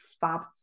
fab